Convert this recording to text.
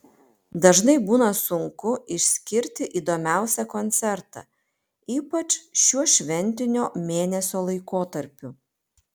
dažnai būna sunku išskirti įdomiausią koncertą ypač šiuo šventinio mėnesio laikotarpiu